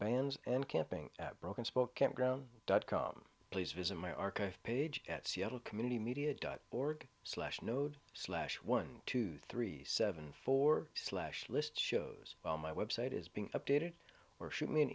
bans and camping at broken spoke campground dot com please visit my archive page at seattle community media dot org slash node slash one two three seven four slash list shows well my website is being updated or shoot me an